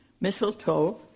mistletoe